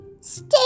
Stay